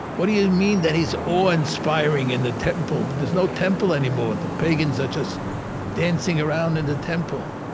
what do you mean that he's awe-inspiring in the temple? but there's no temple anymore. and the pagans are just dancing around in the temple.